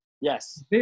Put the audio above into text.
Yes